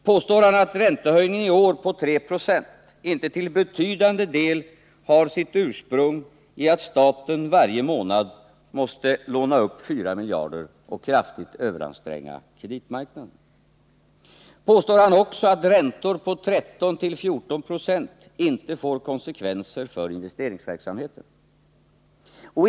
Påstår han att räntehöj 123 ningen i år på 3 96 inte till betydande del har sitt ursprung i att staten varje månad måste låna upp 4 miljarder kronor och kraftigt överanstränga kreditmarknaden? Påstår han också att räntor på 13-14 96 inte får konsekvenser för investeringsverksamheten?